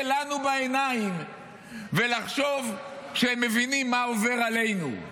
לנו בעיניים ולחשוב שהם מבינים מה עובר עלינו?